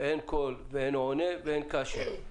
קודם כול אתנצל שהמנכ"ל שלנו,